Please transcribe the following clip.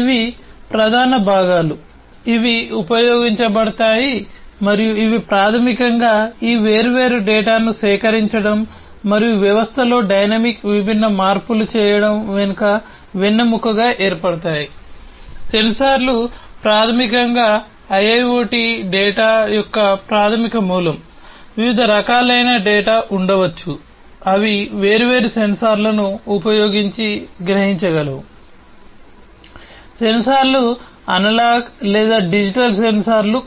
ఇవి ప్రధాన భాగాలు